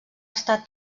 estat